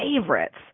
favorites